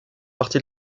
partie